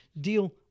Deal